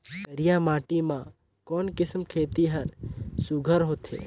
करिया माटी मा कोन किसम खेती हर सुघ्घर होथे?